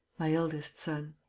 my eldest son.